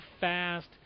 fast